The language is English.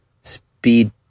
speed